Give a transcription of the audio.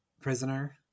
prisoner